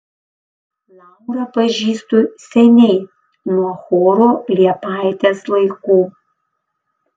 laurą pažįstu seniai nuo choro liepaitės laikų